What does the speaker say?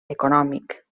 econòmic